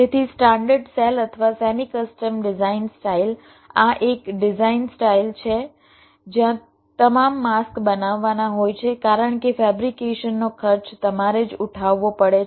તેથી standard cell અથવા semi custom design style આ એક ડિઝાઇન સ્ટાઈલ છે જ્યાં તમામ માસ્ક બનાવવાના હોય છે કારણ કે ફેબ્રિકેશનનો ખર્ચ તમારે જ ઉઠાવવો પડે છે